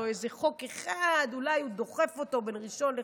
איזה חוק אחד שאולי הוא דוחף אותו בין ראשון לחמישי.